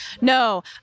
No